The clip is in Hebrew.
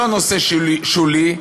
לא נושא שולי,